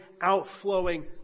outflowing